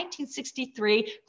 1963